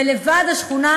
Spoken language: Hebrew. ולוועד השכונה,